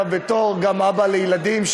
גם בתור אבא לילדים,